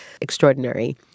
extraordinary